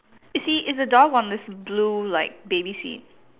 you see is a dog on this blue like baby seat